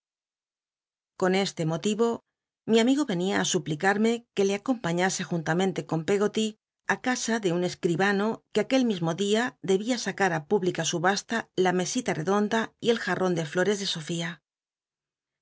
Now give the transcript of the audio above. con este moliro mi amigo r enia á supl icatme que le acompase juntamente con peggoly lí casa de un escribano que aquel mismo día debía sacar i pública subasta la mesita iedonda y el jatton de jlotcs de sofía